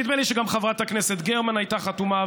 נדמה לי שגם חברת הכנסת גרמן הייתה חתומה,